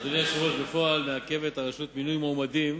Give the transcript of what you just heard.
אדוני היושב-ראש, בפועל מעכבת הרשות מינוי מועמדים